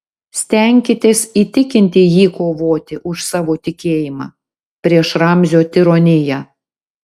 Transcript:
stenkitės įtikinti jį kovoti už savo tikėjimą prieš ramzio tironiją